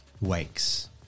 Wakes